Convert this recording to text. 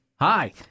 Hi